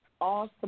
awesome